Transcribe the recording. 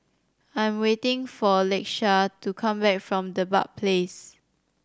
I'm waiting for Lakesha to come back from Dedap Place